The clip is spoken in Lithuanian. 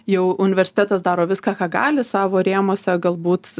jau universitetas daro viską ką gali savo rėmuose galbūt